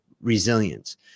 resilience